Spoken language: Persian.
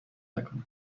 نکنه